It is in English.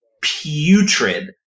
putrid